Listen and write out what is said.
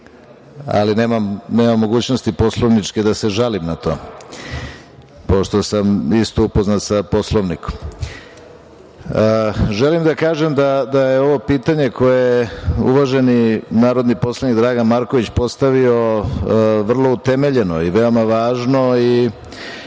ali nemam mogućnosti Poslovničke da se žalim na to, pošto sam isto upoznat sa Poslovnikom. Želim da kažem da je ovo pitanje, koje je uvaženi narodni poslanik Dragan D. Marković postavio, vrlo utemeljeno i veoma važno i